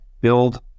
build